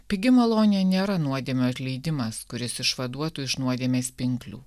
pigi malonė nėra nuodėmių atleidimas kuris išvaduotų iš nuodėmės pinklių